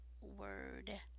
word